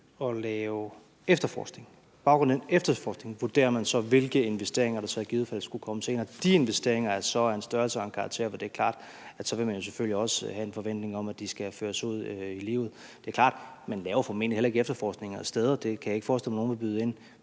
at lave efterforskning, og på baggrund af den efterforskning vurderer man så, hvilke investeringer der i givet fald skulle komme senere, og de investeringer er så af en størrelse og en karakter, hvor det er klart, at man selvfølgelig også vil have en forventning om, at de skal føres ud i livet. Det er klart, at man formentlig heller ikke laver efterforskninger steder – det kan jeg ikke forestille mig at nogen vil byde ind